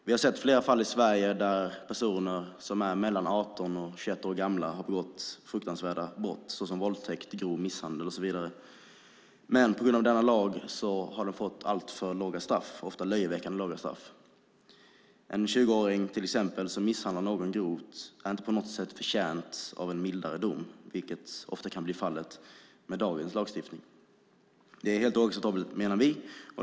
Vi har sett flera fall i Sverige där personer som är mellan 18 och 21 år har begått fruktansvärda brott som våldtäkt, grov misshandel och så vidare, men på grund av denna lag har de fått alltför låga, ofta löjeväckande låga, straff. En 20-åring som misshandlar någon grovt har inte på något sätt förtjänat en mildare dom, vilket ofta blir fallet med dagens lagstiftning. Detta är helt oacceptabelt, menar vi.